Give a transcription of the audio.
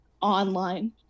online